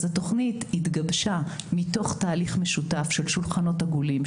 אז התוכנית התגבשה מתוך תהליך משותף של שולחנות עגולים,